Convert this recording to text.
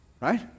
Right